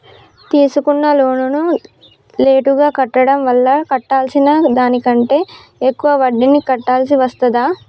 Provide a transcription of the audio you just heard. తీసుకున్న లోనును లేటుగా కట్టడం వల్ల కట్టాల్సిన దానికంటే ఎక్కువ వడ్డీని కట్టాల్సి వస్తదా?